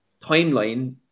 timeline